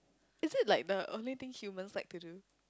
is it like the only thing human like to do